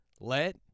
Let